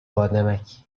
بانمکی